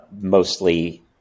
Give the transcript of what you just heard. mostly